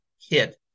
hit